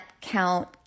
count